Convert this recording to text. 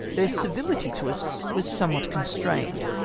their civihty to us was somewhat constramed,